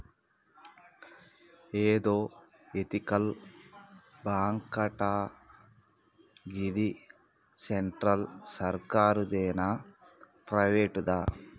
ఏందో ఎతికల్ బాంకటా, గిది సెంట్రల్ సర్కారుదేనా, ప్రైవేటుదా